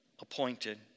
appointed